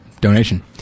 donation